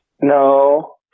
No